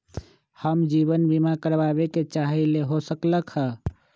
हम जीवन बीमा कारवाबे के चाहईले, हो सकलक ह?